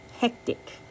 hectic